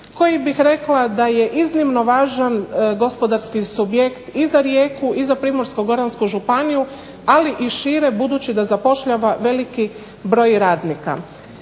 koji bih rekla da je iznimno važan gospodarski subjekt i za Rijeku i za Primorsko-goransku županiju ali i šire budući da zapošljava veliki broj radnika.